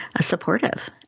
supportive